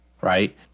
right